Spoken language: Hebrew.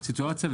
לסיטואציה.